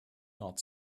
not